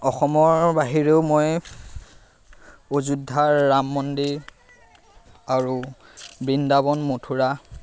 অসমৰ বাহিৰেও মই অযোধ্যাৰ ৰাম মন্দিৰ আৰু বৃন্দাবন মথুৰা